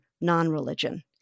non-religion